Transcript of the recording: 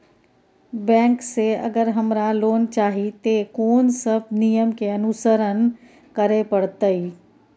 Bank से अगर हमरा लोन चाही ते कोन सब नियम के अनुसरण करे परतै?